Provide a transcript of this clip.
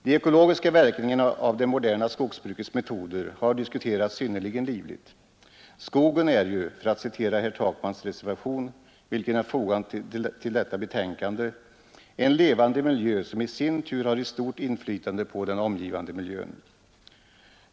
De ekologiska verkningarna av det moderna skogsbrukets metoder har diskuterats synnerligen livligt. Skogen är ju, för att citera den reservation herr Takman fogat till detta betänkande, ”en levande miljö som i sin tur har ett stort inflytande på den omgivande miljön.